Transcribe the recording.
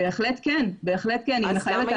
בהחלט כן, בהחלט כן היא מחייבת העשרה.